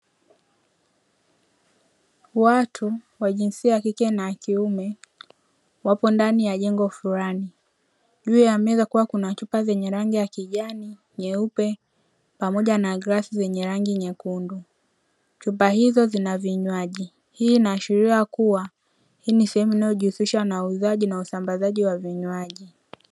Watu wa jinsia ya kike na kiume wapo ndani ya jengo fulani juu ya meza kukiwa kuna chupa zenye rangi ya kijani, nyeupe pamoja na glasi zenye rangi nyekundu chupa hizo zina vinywaji, hii inaashiria kuwa hii ni sehemu inayojihusisha na uuzaji na usambazaji wa vinywaji.